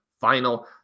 final